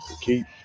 keep